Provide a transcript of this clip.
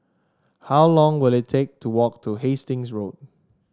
how long will it take to walk to Hastings Road